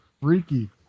freaky